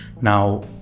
now